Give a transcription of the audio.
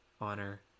honor